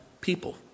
people